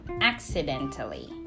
accidentally